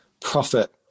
profit